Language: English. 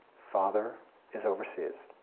father is overseas.